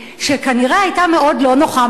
שכנראה היתה מאוד לא נוחה,